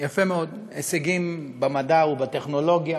יפה מאוד, הישגים במדע ובטכנולוגיה,